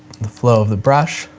the flow of the brush.